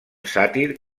sàtir